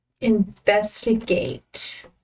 Investigate